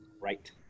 Right